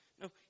no